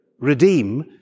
redeem